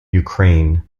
ukraine